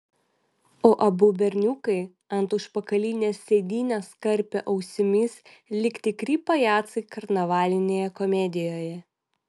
o abu berniukai ant užpakalinės sėdynės karpė ausimis lyg tikri pajacai karnavalinėje komedijoje